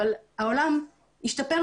אבל העולם ישתפר,